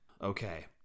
Okay